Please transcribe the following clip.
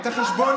בחשבונות